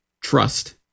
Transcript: trust